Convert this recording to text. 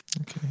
Okay